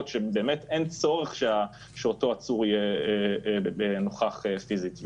שבאמת אין צורך שאותו עצור יהיה נוכח פיזית,